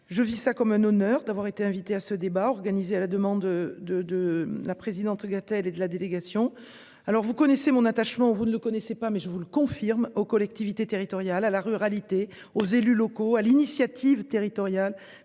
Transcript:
Je vis ça comme un honneur d'avoir été invité à ce débat organisé à la demande de de la présidente Gatel et de la délégation. Alors vous connaissez mon attachement, vous ne le connaissais pas mais je vous le confirme aux collectivités territoriales à la ruralité aux élus locaux à l'initiative territoriale